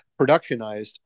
productionized